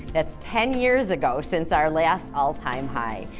that's ten years ago since our last all-time high.